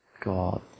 God